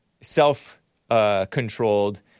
self-controlled